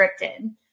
scripted